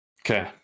okay